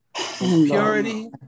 purity